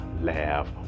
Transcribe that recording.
laugh